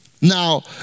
Now